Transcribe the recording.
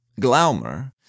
Glaumer